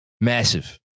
massive